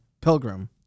Pilgrim